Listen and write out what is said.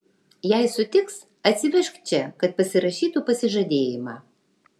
jei sutiks atsivežk čia kad pasirašytų pasižadėjimą